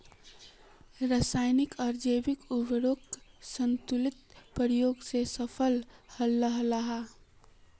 राशयानिक आर जैविक उर्वरकेर संतुलित प्रयोग से फसल लहलहा